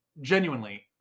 genuinely